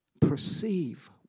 Perceive